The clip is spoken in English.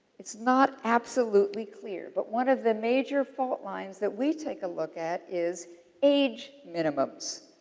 it's not absolutely clear. but, one of the major fault lines that we take a look at is age minimums.